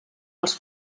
els